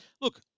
look